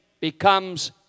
becomes